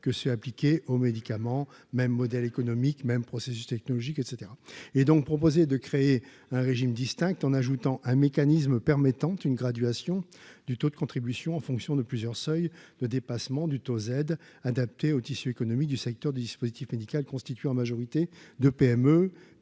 que ceux appliqués aux médicaments même modèle économique même processus technologiques etc et donc proposé de créer un régime distinctes en ajoutant un mécanisme permettant une graduation du taux de contribution en fonction de plusieurs seuils de dépassement du taux aides adaptées au tissu économique du secteur du dispositif médical constitué en majorité de PME,